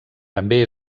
també